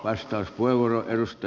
arvoisa puhemies